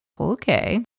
Okay